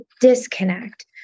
disconnect